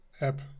app